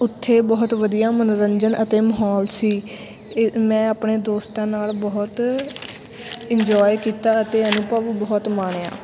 ਉੱਥੇ ਬਹੁਤ ਵਧੀਆ ਮਨੋਰੰਜਨ ਅਤੇ ਮਾਹੌਲ ਸੀ ਏ ਮੈਂ ਆਪਣੇ ਦੋਸਤਾਂ ਨਾਲ਼ ਬਹੁਤ ਇੰਜੋਏ ਕੀਤਾ ਅਤੇ ਅਨੁਭਵ ਬਹੁਤ ਮਾਣਿਆ